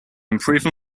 improve